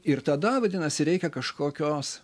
ir tada vadinasi reikia kažkokios